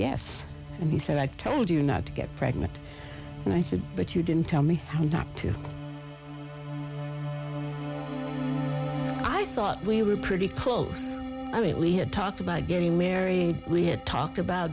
yes and he said i told you not to get pregnant and i said but you didn't tell me not to i thought we were pretty close i mean we had talked about getting married we had talked about